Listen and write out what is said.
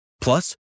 Plus